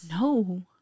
No